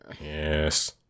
Yes